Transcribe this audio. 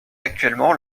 actuellement